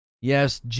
Yes